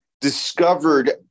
discovered